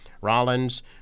Rollins